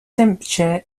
temperature